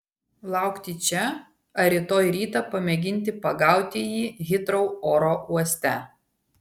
laukti čia ar rytoj rytą pamėginti pagauti jį hitrou oro uoste